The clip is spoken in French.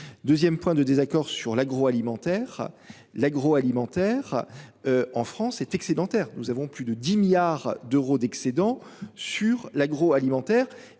2ème point de désaccord sur l'agroalimentaire, l'agroalimentaire. En France, est excédentaire. Nous avons plus de 10 milliards d'euros d'excédent sur l'agroalimentaire